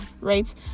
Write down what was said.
right